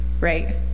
right